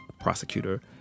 prosecutor